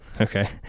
Okay